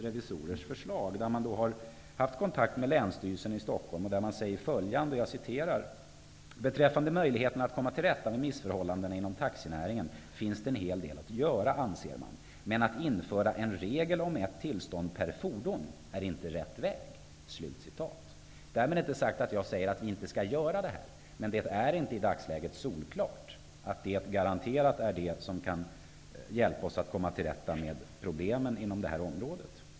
Revisorerna har haft kontakt med Länsstyrelsen i Stockholm och säger följande: Beträffande möjligheten att komma till rätta med missförhållandena inom taxinäringen finns det en hel del att göra, anser man, men att införa en regel om ett tillstånd per fordon är inte rätt väg. Därmed inte sagt att jag menar att vi inte skall göra det, men det är inte solklart att det är någon garanti för att vi kommer till rätta med problemen inom området.